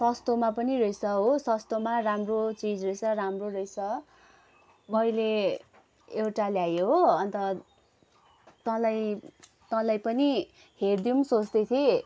सस्तोमा पनि रहेछ हो सस्तोमा राम्रो चिज रहेछ राम्रो रहेछ मैले एउटा ल्याएँ हो अन्त तँलाई तँलाई पनि हेरिदिऊँ सोँच्दै थिएँ